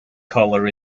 colour